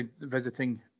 visiting